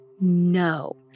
no